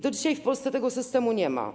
Do dzisiaj w Polsce tego systemu nie ma.